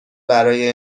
برای